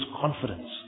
confidence